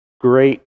great